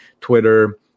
Twitter